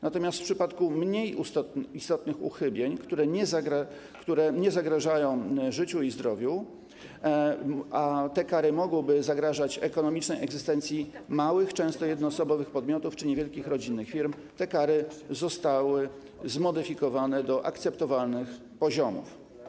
Natomiast w przypadku mniej istotnych uchybień, które nie zagrażają życiu i zdrowiu - a te kary mogłyby zagrażać ekonomicznej egzystencji małych, często jednoosobowych, podmiotów czy niewielkich rodzinnych firm - kary zostały zmodyfikowane do akceptowalnych poziomów.